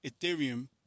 Ethereum